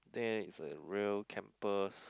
there is like real campus